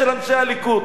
אנשי הליכוד.